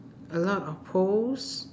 a lot of pose